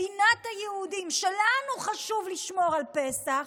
מדינת היהודים, שלנו חשוב לשמור על פסח,